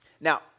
Now